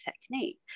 technique